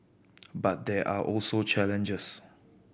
but there are also challenges